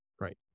Right